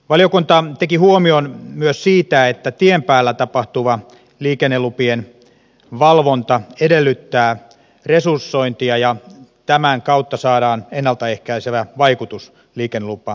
valiokunta teki huomion myös siitä että tien päällä tapahtuva liikennelupien valvonta edellyttää resursointia ja tämän kautta saadaan ennalta ehkäisevä vaikutus liikennelupavalvontaan